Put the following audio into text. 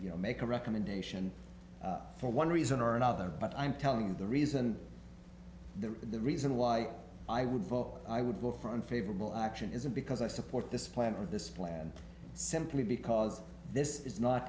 you know to to make a recommendation for one reason or another but i'm telling you the reason that the reason why i would vote i would vote for unfavorable action isn't because i support this plan or this plan simply because this is not